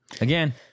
Again